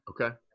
okay